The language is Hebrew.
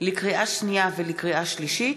לקריאה שנייה ולקריאה שלישית,